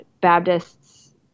Baptists